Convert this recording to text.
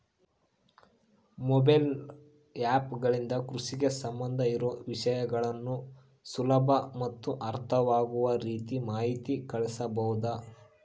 Mobile app ಗಳಿಂದ ಕೃಷಿಗೆ ಸಂಬಂಧ ಇರೊ ವಿಷಯಗಳನ್ನು ಸುಲಭ ಮತ್ತು ಅರ್ಥವಾಗುವ ರೇತಿ ಮಾಹಿತಿ ಕಳಿಸಬಹುದಾ?